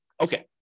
Okay